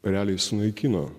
realiai sunaikino